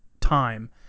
time